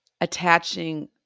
attaching